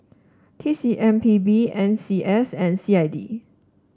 T C M P B N C S and C I D